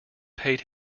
paid